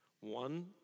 One